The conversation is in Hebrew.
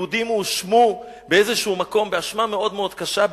יהודים הואשמו באיזשהו מקום באשמה מאוד מאוד קשה,